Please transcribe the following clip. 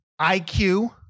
IQ